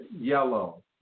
yellow